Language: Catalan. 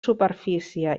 superfície